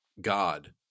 God